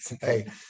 Hey